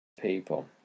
People